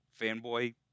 fanboy